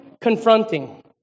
confronting